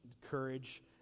courage